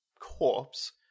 corpse